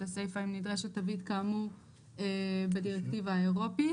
הסיפא אם נדרשת תווית כאמור בדירקטיבה האירופית.